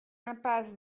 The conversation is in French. impasse